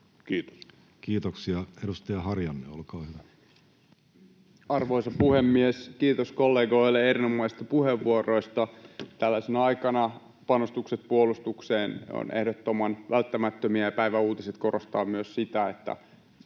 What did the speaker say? talousarvioksi vuodelle 2024 Time: 17:23 Content: Arvoisa puhemies! Kiitos kollegoille erinomaisista puheenvuoroista. Tällaisena aikana panostukset puolustukseen ovat ehdottoman välttämättömiä, ja päivän uutiset korostavat myös sitä, että